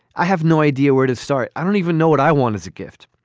i have no idea where to start. i don't even know. what i want is a gift.